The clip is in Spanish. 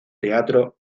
teatro